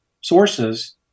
sources